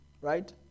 right